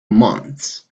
months